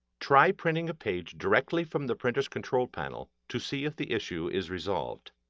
try printing a page directly from the printer's control panel to see if the issue is resolved.